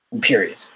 period